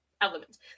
elements